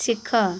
ଶିଖ